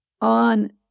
on